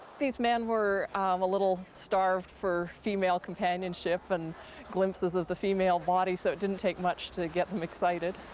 these men were a little starved for female companionship and glimpses of the female body so it didn't take much to get them excited.